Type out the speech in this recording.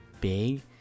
big